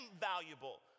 valuable